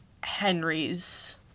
Henry's